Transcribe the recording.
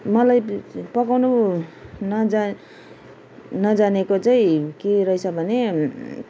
मलाई पकाउनु नजा नजानेको चाहिँ के रहेछ भने